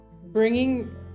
bringing